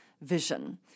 vision